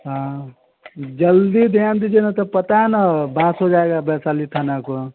हाँ जल्दी ध्यान दीजिए नहीं तो पता न बात हो जाएगा वैशाली थाना को